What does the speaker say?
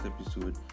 episode